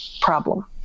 problem